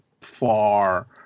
far